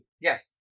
Yes